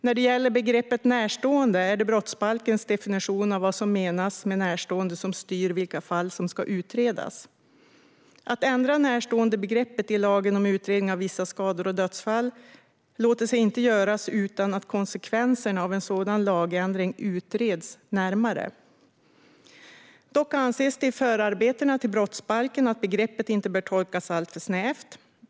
När det gäller begreppet "närstående" är det brottsbalkens definition av vad som menas med närstående som styr vilka fall som ska utredas. Att ändra närståendebegreppet i lagen om utredning av vissa skador och dödsfall låter sig inte göras utan att konsekvenserna av en sådan lagändring utreds närmare. Dock anses det i förarbetena till brottsbalken att begreppet inte bör tolkas alltför snävt.